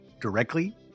directly